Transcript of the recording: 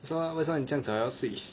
so 为什么你这么早要睡